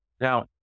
Now